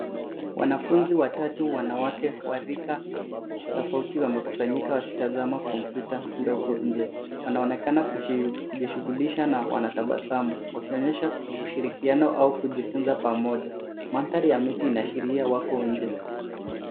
Wanafunzi watatu wanawake warika tofauti wamekusanyika wakitazama kompyuta ndogo nje wanaonekana wakijishughulisha na wana tabasamu wakionyesha ushirikiano au kusoma pamoja. Mandhari ya miti ina ashiria wako nje.